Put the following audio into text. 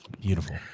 beautiful